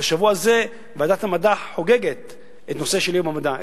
בשבוע הזה ועדת המדע חוגגת את יום המדע.